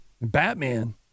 Batman